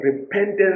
repentance